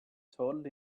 told